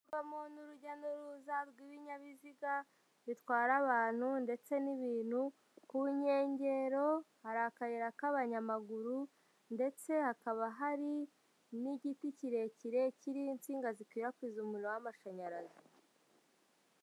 Hanyuramo n'urujya n'uruza rw'ibinyabiziga bitwara abantu ndetse n'ibintu, ku nkengero hari akayira k'abanyamaguru ndetse. Hakaba hari n'igiti kirekire kiriho insinga zikwirakwiza umuriro w'amashanyarazi.